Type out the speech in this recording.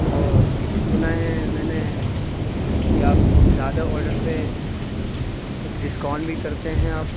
اور سنا ہے میں نے کہ آپ زیادہ آڈر پہ کچھ ڈسکاؤنٹ بھی کرتے ہیں آپ